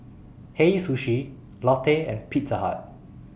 Hei Sushi Lotte and Pizza Hut